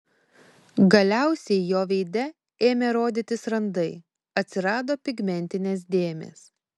galiausiai jo veide ėmė rodytis randai atsirado pigmentinės dėmės